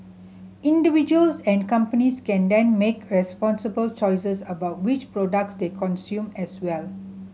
individuals and companies can then make responsible choices about which products they consume as well